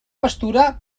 pastura